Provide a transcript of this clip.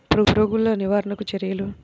పురుగులు నివారణకు చర్యలు?